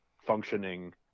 functioning